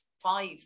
five